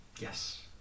yes